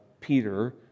Peter